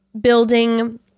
building